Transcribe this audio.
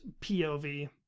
POV